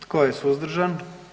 Tko je suzdržan?